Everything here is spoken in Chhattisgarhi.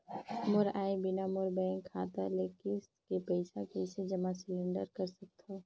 मोर आय बिना मोर बैंक खाता ले किस्त के पईसा कइसे जमा सिलेंडर सकथव?